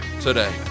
today